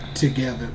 Together